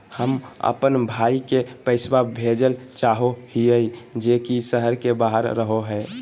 हम अप्पन भाई के पैसवा भेजल चाहो हिअइ जे ई शहर के बाहर रहो है